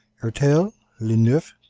hertel, le neuf,